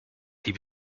die